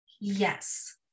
Yes